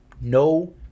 no